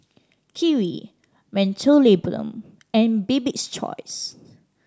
Kiwi Mentholatum and Bibik's Choice